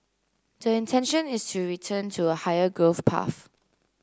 the intention is to return to a higher growth path